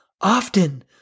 often